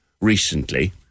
recently